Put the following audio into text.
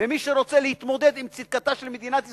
ומי שרוצה להתמודד עם צדקתה של מדינת ישראל,